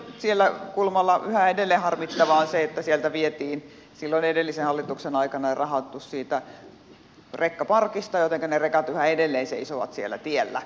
toinen asia sillä kulmalla mikä yhä edelleen harmittaa on se että edellisen hallituksen aikana vietiin rahoitus siitä rekkaparkista jotenka ne rekat yhä edelleen seisovat siellä tiellä